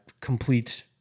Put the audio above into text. complete